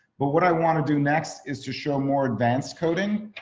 but what i want to do next is to show more advanced coding.